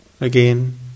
again